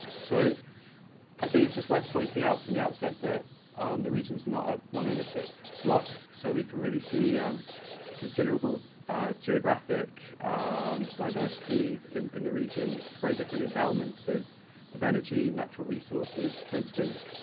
so i think it's just worth pointing out from the outset that um the region's not a monolithic block. so we can really see considerable geographic diversity in the region, very different endowments of of energy and natural resources, for instance.